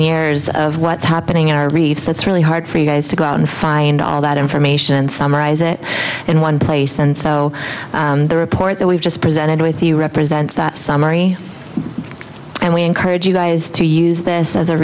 years of what's happening in our reefs that's really hard for you guys to go out and find all that information and summarize it in one place and so the report that we've just presented with you represents that summary and we encourage you guys to use this as a